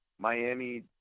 Miami